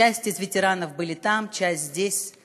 חלק מהווטרנים היו שם, חלק מהווטרנים נמצאים כאן.